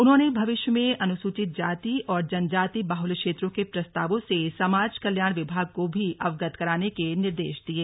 उन्होंने भविष्य में अनुसूचित जाति और जनजाति बाहुल्य क्षेत्रों के प्रस्तावों से समाज कल्याण विभाग को भी अवगत कराने के निर्देश दिये